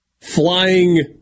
flying